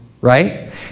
right